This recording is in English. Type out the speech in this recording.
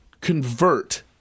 convert